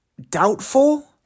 Doubtful